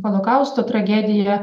holokausto tragedija